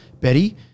Betty